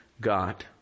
God